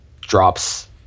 drops